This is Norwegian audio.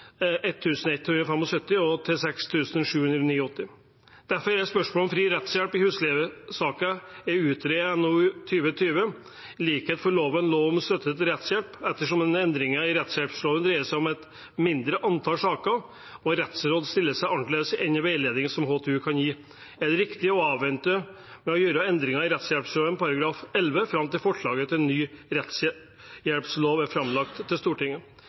og 6 798 kr. Spørsmålet om fri rettshjelp i husleiesaker er utredet i NOU 2020: 5 Likhet for loven – Lov om støtte til rettshjelp. Ettersom endringen i rettshjelploven dreier seg om et mindre antall saker, og rettsråd stiller seg annerledes enn veiledningen HTU kan gi, er det riktig å avvente med å gjøre endringer i rettshjelploven § 11 fram til forslaget til ny rettshjelplov er framlagt for Stortinget.